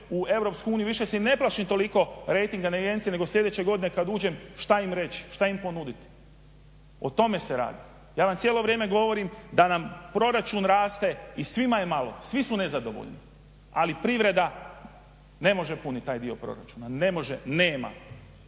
u EU više i ne plašim toliko rejting agencije, nego sljedeće godine kad uđem šta im reć', šta im ponudit. O tome se radi. Ja vam cijelo vrijeme govorim da nam proračun raste i svima je malo, svi su nezadovoljni, ali privreda ne može punit taj dio proračuna. Ne može, nema.